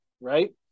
right